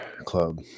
club